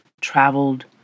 traveled